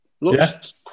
Looks